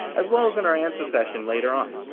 as well as in our answer session later on.